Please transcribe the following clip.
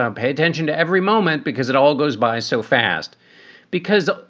um pay attention to every moment because it all goes by so fast because.